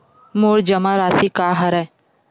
मोर जमा राशि का हरय?